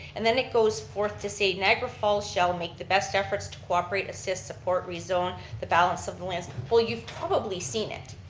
and then it goes forth to say, niagara falls shall make the best efforts to cooperate, assist, support, rezone, the balance of the lands. well you've probably seen it,